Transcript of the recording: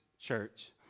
Church